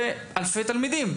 מדובר באלפי תלמידים,